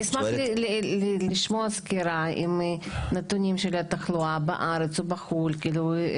אני אשמח לשמוע סקירה על הנתונים של התחלואה בארץ ובחו"ל.